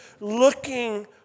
looking